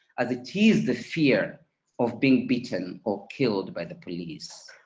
as it is the fear of being beaten or killed by the police.